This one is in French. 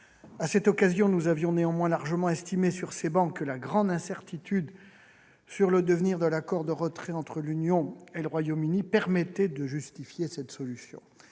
À cette occasion, nous avions néanmoins largement estimé sur ces travées que la grande incertitude sur le devenir de l'accord de retrait entre l'Union et le Royaume-Uni permettait de justifier cette solution,